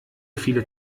viele